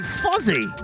fuzzy